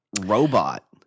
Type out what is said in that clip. robot